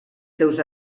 seus